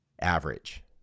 Average